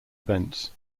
events